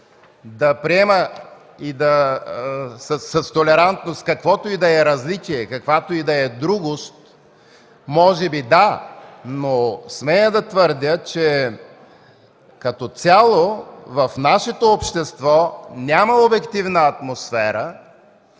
да приема с толерантност каквото и да е различие, каквато и да е другост, може би – да, но смея да твърдя, че като цяло в нашето общество няма обективна атмосфера